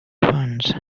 funds